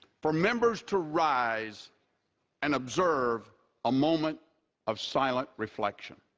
for members to rise and observe a moment of silent reflection.